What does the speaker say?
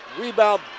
Rebound